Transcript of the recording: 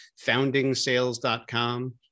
FoundingSales.com